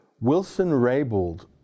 Wilson-Raybould